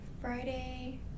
friday